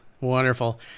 Wonderful